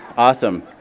awesome.